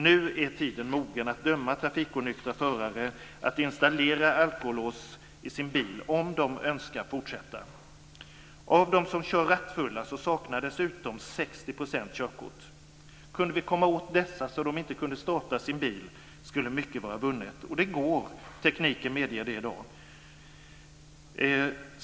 Nu är tiden mogen att döma trafikonyktra förare att installera alkolås i sin bil om de önskar fortsätta. Av dem som kör rattfulla saknar dessutom 60 % körkort. Kunde vi komma åt dem så att de inte kunde starta sin bil skulle mycket vara vunnet. Det går; tekniken medger det i dag.